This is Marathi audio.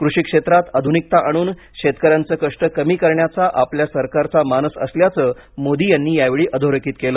कृषी क्षेत्रात आधुनिकता आणून शेतकऱ्यांचे कष्ट कमी करण्याचा आपल्या सरकारचा मानस असल्याचं मोदी यांनी यावेळी अधोरेखित केलं